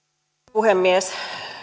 puhemies